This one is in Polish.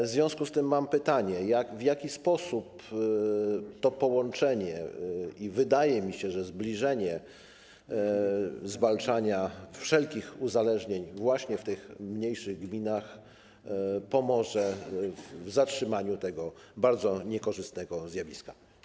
W związku z tym mam pytanie: W jaki sposób to połączenie - wydaje mi się, że zbliżenie - zwalczania wszelkich uzależnień właśnie w mniejszych gminach pomoże w zatrzymaniu tego bardzo niekorzystnego zjawiska?